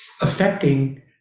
affecting